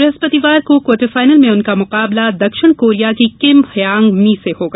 बृहस्पतिवार को quarter final में उनका मुकाबला दक्षिण कोरिया की किम हयांग मी से होगा